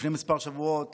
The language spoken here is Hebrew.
לפני מספר שבועות